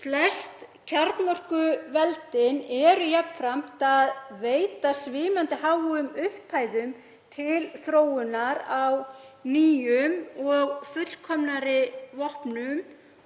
Flest kjarnorkuveldin eru jafnframt að veita svimandi háar upphæðir til þróunar á nýjum og fullkomnari vopnum